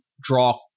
draw